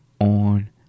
on